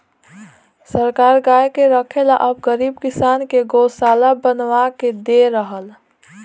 सरकार गाय के रखे ला अब गरीब किसान के गोशाला बनवा के दे रहल